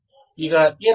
ಈಗ ಏನಾಗುತ್ತದೆ